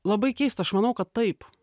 labai keista aš manau kad taip